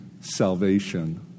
salvation